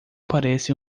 parece